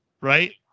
right